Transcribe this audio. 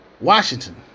Washington